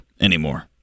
anymore